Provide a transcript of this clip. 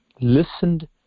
listened